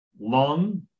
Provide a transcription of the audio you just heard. lung